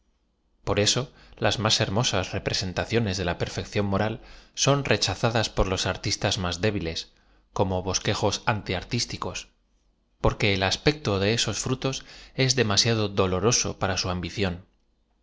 por eso las más hermosas representaciones de a per feccióü m oral son rechazadas por los artistas más débiles como bosquejos antiartísticos porque el as pecto de esos frutos ea demasiado doloroso para su amhicíón